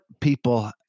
people –